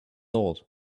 old